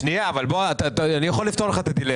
אני יכול לפתור לך את הדילמה.